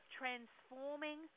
transforming